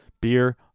beer